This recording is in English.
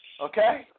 okay